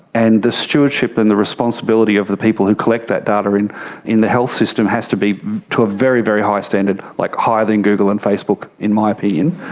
and the stewardship and the responsibility of the people who collect that data in in the health system has to be to a very, very high standard, like higher than google and facebook in my opinion.